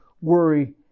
worry